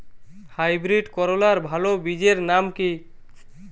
Hybrid করলার ভালো বীজের নাম কি?